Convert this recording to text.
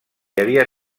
havia